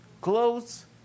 clothes